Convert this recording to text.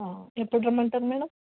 ఎప్పుడు రమ్మంటారు మ్యాడమ్